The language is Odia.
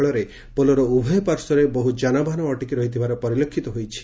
ଫଳରେ ପୋଲର ଉଭୟ ପାର୍ଶ୍ୱରେ ବହୁ ଯାନବାହାନ ଅଟକି ରହିଥିବା ପରିଲକ୍ଷିତ ହୋଇଛି